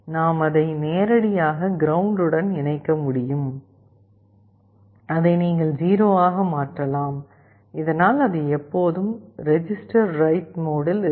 நாம் அதை நேரடியாக கிரவுண்ட் உடன் இணைக்க முடியும் அதை நீங்கள் 0 ஆக மாற்றலாம் இதனால் அது எப்போதும் ரெஜிஸ்டர் ரைட் மோடில் இருக்கும்